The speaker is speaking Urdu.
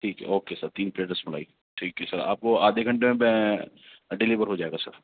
ٹھیک ہے اوکے سر تین پلیٹ رس ملائی ٹھیک ہے سر آپ کو آدھے گھنٹے میں ڈلیور ہو جائے گا سر